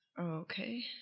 Okay